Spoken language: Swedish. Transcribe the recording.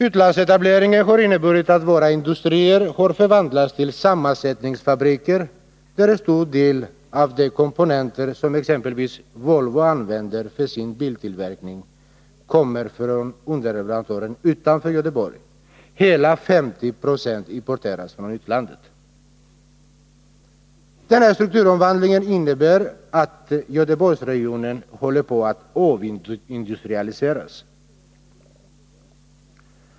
Utlandsetableringen har inneburit att våra industrier har förvandlats till sammansättningsfabriker, och en stor del av de komponenter som exempelvis Volvo använder för sin biltillverkning kommer från underleverantörer utanför Göteborg. Hela 50 76 importeras från utlandet. Den här strukturomvandlingen innebär att Göteborgsregionen håller på att avindustrialiseras.